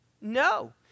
No